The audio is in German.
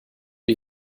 die